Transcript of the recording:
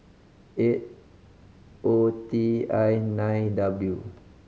eight O T I nine W